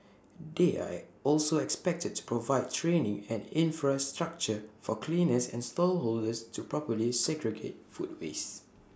they are also expected to provide training and infrastructure for cleaners and stall holders to properly segregate food waste